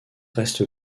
reste